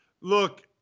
Look